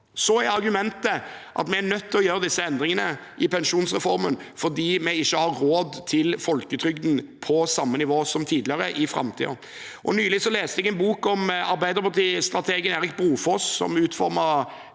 Ett argument er at vi er nødt til å gjøre disse endringene i pensjonsreformen fordi vi i framtiden ikke har råd til folketrygden på samme nivå som tidligere. Nylig leste jeg en bok om Arbeiderparti-strategen Erik Brofoss, som utformet